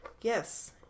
yes